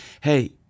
hey